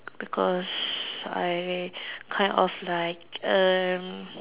because I kind of like err